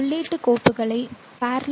உள்ளீட்டு கோப்புகளை parallel